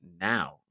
now